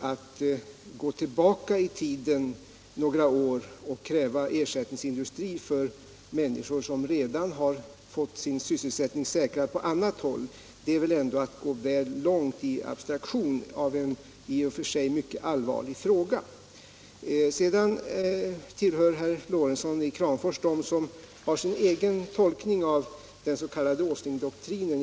Att gå tillbaka några år och kräva ersättningsindustri för människor som redan har fått sin sysselsättning säkrad på annat håll är väl ändå att gå väl långt i abstraktion i en i och för sig mycket allvarlig fråga. Herr Lorentzon i Kramfors tillhör dem som har sin egen tolkning av den s.k. Åslingdoktrinen.